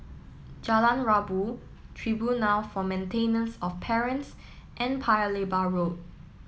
Jalan Rabu Tribunal for Maintenance of Parents and Paya Lebar Road